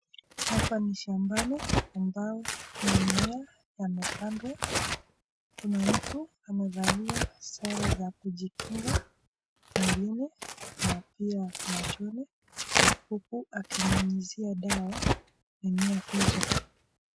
Hapa ni shambani ambao kuna mimea yamepandwa, kuna mtu amevalia sare za kujikinga mwilini na pia machoni, huku akinyunyuzia dawa mimea hizo.